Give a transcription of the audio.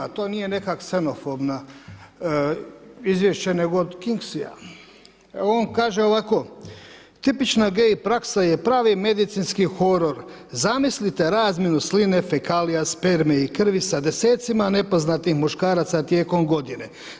To nije neke ksenofobna, izvješće nego od … On kaže ovako, tipična gay praksa je pravi medicinski horor, zamislite zamjenu sline, fekalija, sperme i krvi sa desecima nepoznatih muškaraca tijekom godine.